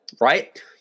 right